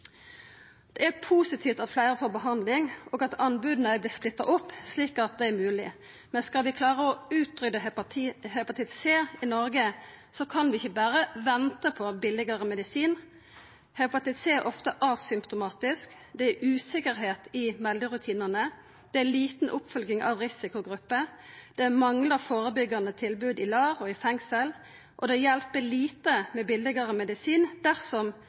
Det er positivt at fleire får behandling, og at anboda har vorte splitta opp slik at det er mogleg, men skal vi klara å utrydda hepatitt C i Noreg, kan vi ikkje berre venta på billigare medisin. Hepatitt C er ofte asymptomatisk. Det er usikkerheit i melderutinane. Det er lita oppfølging av risikogrupper. Det manglar førebyggjande tilbod i LAR og i fengsel. Og det hjelp lite med billigare medisin dersom